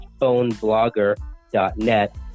phoneblogger.net